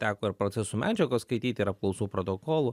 teko ir procesų medžiagos skaityti ir apklausų protokolų